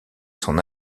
son